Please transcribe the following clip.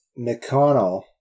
McConnell